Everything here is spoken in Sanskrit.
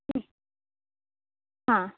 हा